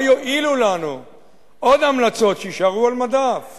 מה יועילו לנו עוד המלצות שיישארו על מדף?